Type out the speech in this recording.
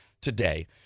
today